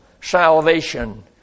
salvation